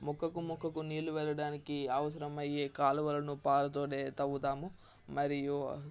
మొక్కకు మొక్కకు నీళ్ళు వెళ్ళడానికి అవసరమయ్యే కాలువలను పారతోనే తవ్వుతాము మరియు